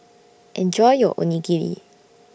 Enjoy your Onigiri